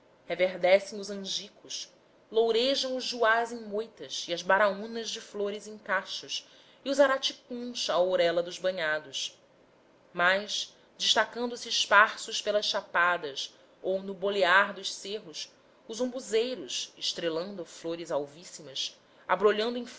reverdecem os angicos lourejam os juás em moitas e as baraúnas de flores em cachos e os araticuns à ourela dos banhados mas destacando-se esparsos pelas chapadas ou no bolear dos cerros os umbuzeiros estrelando flores alvíssimas abrolhando